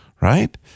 right